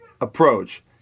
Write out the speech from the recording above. approach